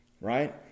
right